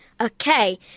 Okay